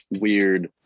weird